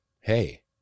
Hey